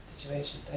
situation